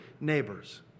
neighbors